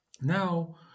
now